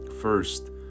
First